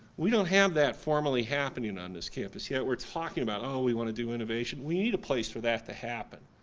we don't have that formally happening on this campus yet we're talking about oh we want do innovation. we need a place for that to happen.